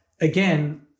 again